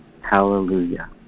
Hallelujah